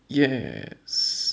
yes